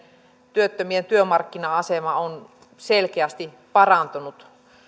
työttömien työmarkkina asema on selkeästi parantunut